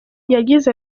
yagize